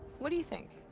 what do you think?